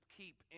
keep